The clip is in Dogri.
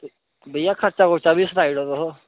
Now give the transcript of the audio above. भेइया खर्चा खुर्चा सनाई ड़ो तुस